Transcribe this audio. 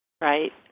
right